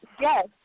Yes